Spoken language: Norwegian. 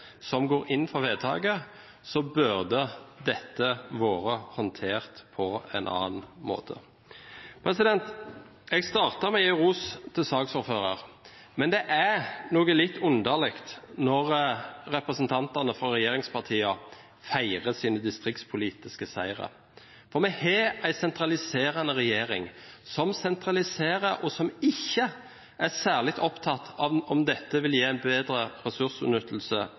som går inn for vedtaket, burde dette vært håndtert på en annen måte. Jeg startet med å gi ros til saksordføreren, men det er litt underlig når representantene fra regjeringspartiene feirer sine distriktspolitiske seire. Vi har en regjering som sentraliserer, og som ikke er særlig opptatt av om dette vil gi en bedre ressursutnyttelse